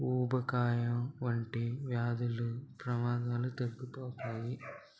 ఊబకాయం వంటి వ్యాధులు ప్రమాదాలు తగ్గిపోతాయి